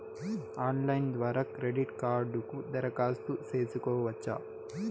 Online ద్వారా credit కార్డుకు దరఖాస్తు సేసుకోవచ్చా?